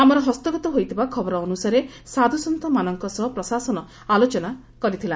ଆମର ହସ୍ତଗତ ହୋଇଥିବା ଖବର ଅନୁସାରେ ସାଧୁସନୁମାନଙ୍କ ସହ ପ୍ରଶାସନ ଆଲୋଚନା କରିଥିଲା